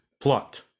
plot